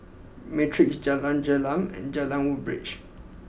Matrix Jalan Gelam and Jalan Woodbridge